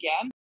again